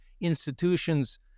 institutions